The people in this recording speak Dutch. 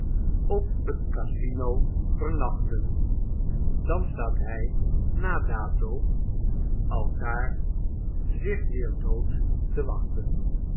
op t casino vernachten dan staat hy na dato aldààr zich weêr dood te wachten